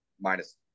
minus